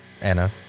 Anna